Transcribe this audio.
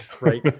right